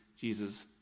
Jesus